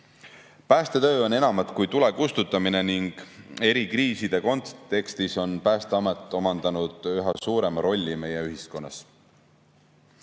tulla. Päästetöö on enamat kui tulekustutamine ning eri kriiside kontekstis on Päästeamet omandanud üha suurema rolli meie ühiskonnas.